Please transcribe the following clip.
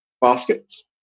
baskets